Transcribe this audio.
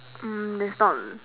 mm it's not